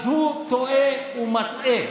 הוא טועה ומטעה.